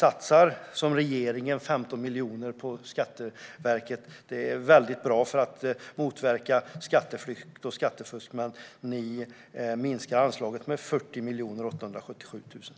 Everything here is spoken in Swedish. Precis som regeringen satsar ni 15 miljoner på Skatteverket - det är väldigt bra för att motverka skatteflykt och skattefusk - men ni minskar anslaget med 40 877 000.